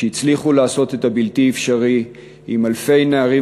שהצליחו לעשות את הבלתי-אפשרי עם אלפי נערים